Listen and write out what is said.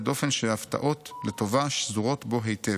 דופן שהפתעות לטובה שזורות בו היטב.